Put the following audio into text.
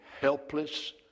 helpless